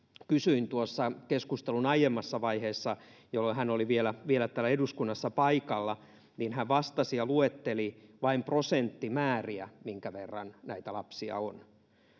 kysyin tuossa keskustelun aiemmassa vaiheessa jolloin hän oli vielä vielä täällä eduskunnassa paikalla ja hän vastasi ja luetteli vain prosenttimääriä minkä verran näitä lapsia on